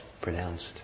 pronounced